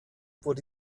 wurde